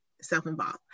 self-involved